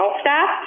staff